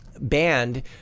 banned